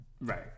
Right